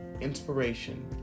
inspiration